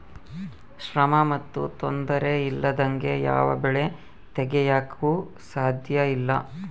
ಶ್ರಮ ಮತ್ತು ತೊಂದರೆ ಇಲ್ಲದಂಗೆ ಯಾವ ಬೆಳೆ ತೆಗೆಯಾಕೂ ಸಾಧ್ಯಇಲ್ಲ